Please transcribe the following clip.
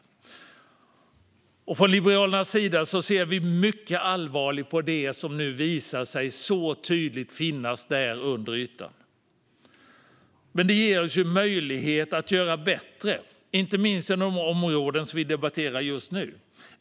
Vi liberaler ser mycket allvarligt på det som nu tydligt visar sig finnas under ytan. Men det ger oss möjlighet att göra bättre, inte minst inom de områden som vi debatterar just nu.